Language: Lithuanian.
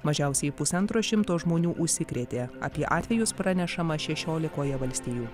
mažiausiai pusantro šimto žmonių užsikrėtė apie atvejus pranešama šešiolikoje valstijų